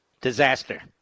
disaster